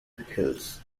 hills